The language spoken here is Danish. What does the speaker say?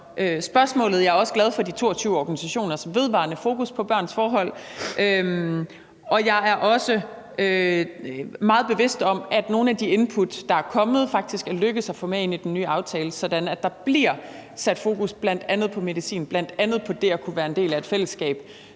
Jeg er også glad for de 22 organisationers vedvarende fokus på børns forhold, og jeg er også meget bevidst om, at det faktisk er lykkedes at få nogle af de input, der er kommet, med ind i den nye aftale, sådan at der bl.a. bliver sat fokus på medicin og det at kunne være en del af et fællesskab,